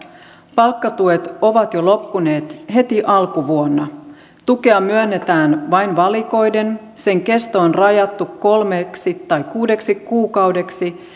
palkkatuet ovat jo loppuneet heti alkuvuonna tukea myönnetään vain valikoiden sen kesto on rajattu kolmeksi tai kuudeksi kuukaudeksi